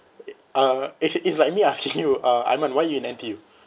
uh it's it's like me asking you uh iman why you in N_T_U